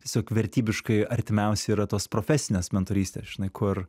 tiesiog vertybiškai artimiausia yra tos profesinės mentorystės žinai kur